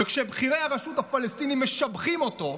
וכשבכירי הרשות הפלסטינית משבחים אותו,